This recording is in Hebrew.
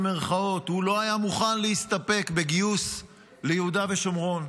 הוא לא היה מוכן להסתפק בגיוס ליהודה ושומרון.